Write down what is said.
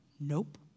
Nope